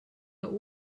der